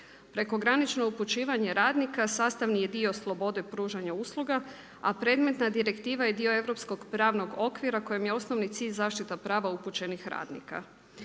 Prekogranično upućivanje radnika, sastavni je dio slobode pružanju usluga, a predmetna direktiva je dio europskog pravnog okvira kojim je osnovni cilj zaštita prava upućenih radnika.